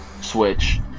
Switch